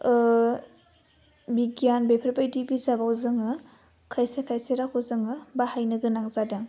ओह बिगियान बेफोरबायदि बिजाबाव जोङो खायसे खायसे रावखौ जोङो बाहायनो गोनां जादों